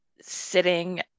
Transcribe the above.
sitting